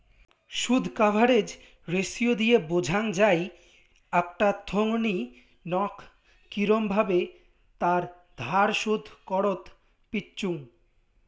শুধ coverage ratio দিয়ে বোঝাং যাই আকটা থোঙনি নক কিরম ভাবে তার ধার শোধ করত পিচ্চুঙ